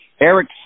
Eric